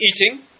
eating